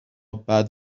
بعد